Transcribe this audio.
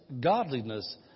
godliness